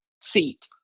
seat